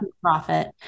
profit